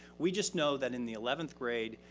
we just know that in the eleventh grade,